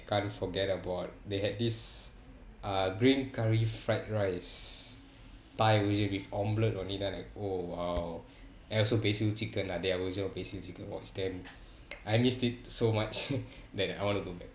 can't forget about they had this uh green curry fried rice thai with omelettes on it then I like oh !wow! and also basil chicken lah there're also basil chicken !wah! it's damn I miss it so much that I want to go back